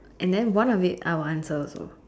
and then one if it I will answer also